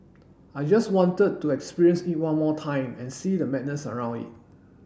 I just wanted to experience it one more time and see the madness around it